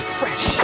fresh